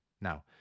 Now